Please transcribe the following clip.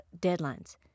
deadlines